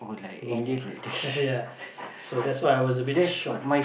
long ya so that's why I was a bit shocked